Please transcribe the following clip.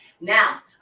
Now